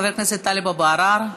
חבר הכנסת טלב אבו עראר,